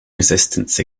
resistance